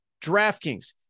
DraftKings